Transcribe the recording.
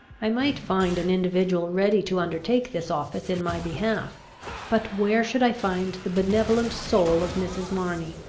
i might find an individual ready to undertake this office in my behalf but where should i find the benevolent soul of mrs. marney?